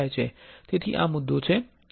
તેથી આ મુદ્દો છે